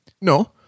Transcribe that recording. No